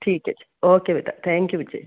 ਠੀਕ ਹੈ ਜੀ ਓਕੇ ਬੇਟਾ ਥੈਂਕ ਯੂ ਬੱਚੇ